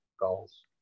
goals